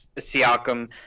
Siakam